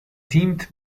deemed